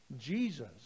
Jesus